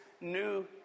new